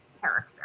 character